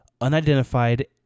unidentified